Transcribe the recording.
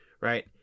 right